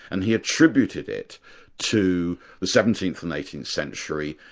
and he attributed it to the seventeenth and eighteenth century.